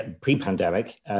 pre-pandemic